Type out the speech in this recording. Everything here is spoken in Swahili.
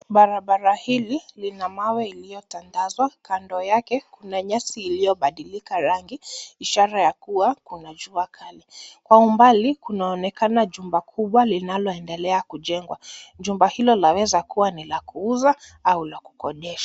Barabara hili lina mawe iliyotandazwa. Kando yake kuna nyasi iliyobadilika rangi ishara ya kuwa kuna jua kali. Kwa umbali kunaonekana jumba kubwa linaloendela kujengwa. Jumba hilo lawezakuwa ni la kuuza au la kukodesha.